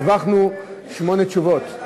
הרווחנו שמונה תשובות.